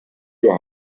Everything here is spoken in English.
your